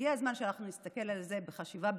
הגיע הזמן שאנחנו נסתכל על זה בחשיבה ביקורתית,